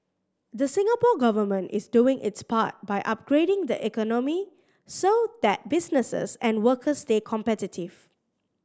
the Singapore Government is doing its part by upgrading the economy so that businesses and workers stay competitive